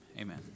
amen